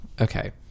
Okay